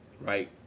right